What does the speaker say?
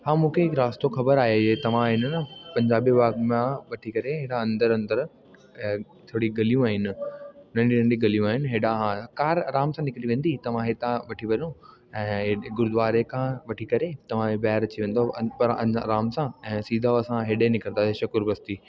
हा मूंखे हिकु रास्तो ख़बर आहे इहा तव्हां हिन पंजाबी बाॻ मां वठी करे हेॾा अंदरि अंदरि थोरी गलियूं आहिनि नंढी नंढी गलियूं आहिनि हेॾा हा कार आराम सां निकरी वेंदी तव्हां हितां वठी वञो ऐं हेॾा गुरद्वारे खां वठी करे तव्हां ॿाहिरि अची वेंदो अंद पर अंदरि आराम सां ऐं सिधो असां हेॾे निकिरंदा शकूर बस्ती